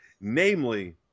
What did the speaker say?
namely